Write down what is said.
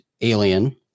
alien